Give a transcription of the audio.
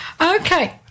Okay